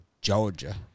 Georgia